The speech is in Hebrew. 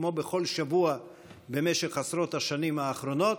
כמו בכל שבוע במשך עשרות השנים האחרונות.